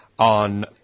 On